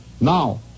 Now